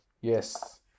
yes